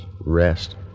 Rest